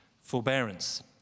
Forbearance